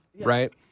Right